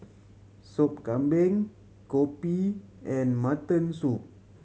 Sup Kambing kopi and mutton soup